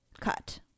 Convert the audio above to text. cut